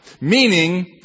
Meaning